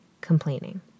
complaining